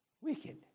Wicked